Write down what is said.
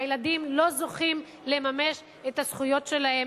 והילדים לא זוכים לממש את הזכויות שלהם.